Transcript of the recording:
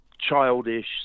childish